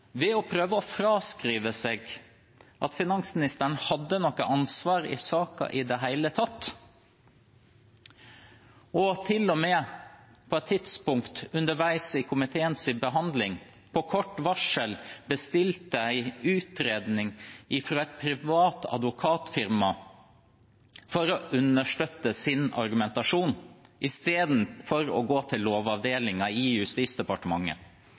ved å prøve å si at finansministeren ikke hadde noe ansvar i saken i det hele tatt, og til og med på et tidspunkt underveis i komiteens behandling på kort varsel bestilte en utredning fra et privat advokatfirma for å understøtte sin argumentasjon istedenfor å gå til Lovavdelingen i Justisdepartementet.